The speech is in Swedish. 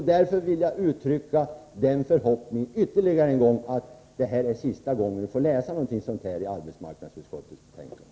Därför vill jag uttrycka den förhoppningen ytterligare en gång att detta är sista gången vi får läsa någonting sådant i arbetsmarknadsutskottets betänkande.